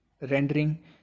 rendering